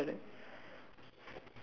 ya like clutch ya like clutch like that